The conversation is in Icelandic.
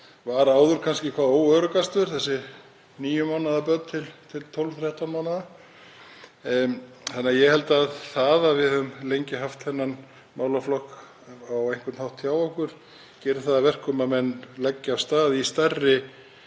sem áður var kannski hvað óöruggastur, þ.e. níu mánaða börn til 12, 13 mánaða. Ég held að það að við höfum lengi haft þennan málaflokk á einhvern hátt hjá okkur geri það að verkum að menn leggja af stað í stærri